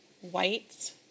white